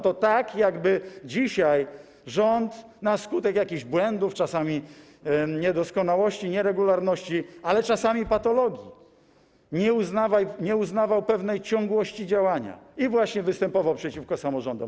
To tak, jakby dzisiaj rząd na skutek jakichś błędów, czasami niedoskonałości, nieregularności, ale czasami patologii, nie uznawał pewnej ciągłości działania i występował przeciwko samorządom.